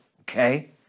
okay